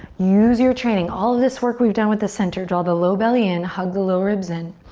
use your training. all of this work we've done with the center, draw the low belly in, hug the low ribs in.